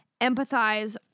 empathize